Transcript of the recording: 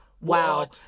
Wow